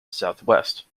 southwest